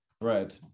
bread